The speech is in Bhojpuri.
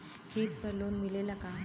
खेत पर लोन मिलेला का?